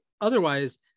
otherwise